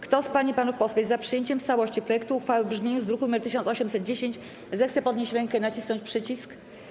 Kto z pań i panów posłów jest za przyjęciem w całości projektu uchwały w brzmieniu z druku nr 1810, zechce podnieść rękę i nacisnąć przycisk.